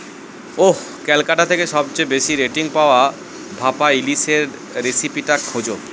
ওহ ক্যালকাটা থেকে সবচেয়ে বেশি রেটিং পাওয়া ভাপা ইলিশের রেসিপিটা খোঁজো